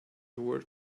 worth